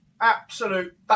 Absolute